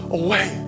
away